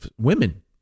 women